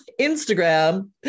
Instagram